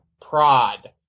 prod